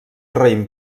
raïm